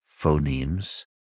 phonemes